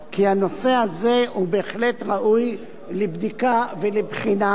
כי הנושא הזה בהחלט ראוי לבדיקה ולבחינה.